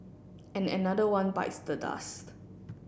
and another one bites the dust